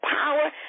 power